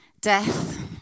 Death